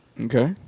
Okay